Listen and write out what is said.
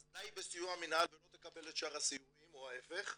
אז די בסיוע מינהל ולא תקבל את שאר הסיועים ולהיפך,